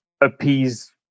appease